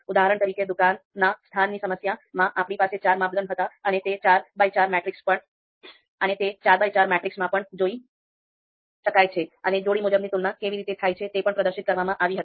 ઉદાહરણ તરીકે દુકાનના સ્થાનની સમસ્યામાં આપણી પાસે ચાર માપદંડ હતા અને તે ચાર બાય ચાર મેટ્રિક્સમાં પણ જોઇ શકાય છે અને જોડી મુજબની તુલના કેવી રીતે થાય છે તે પણ પ્રદર્શિત કરવામાં આવી હતી